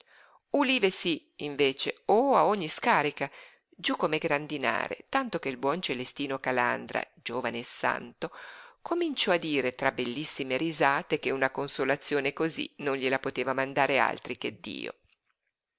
ulive sí invece oh a ogni scarica giú come grandinare tanto che il buon celestino calandra giovane e santo cominciò a dire tra bellissime risate che una consolazione cosí non gliela poteva mandare altri che dio